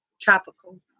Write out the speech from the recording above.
tropical